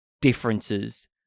differences